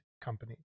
company